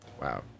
Wow